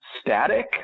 static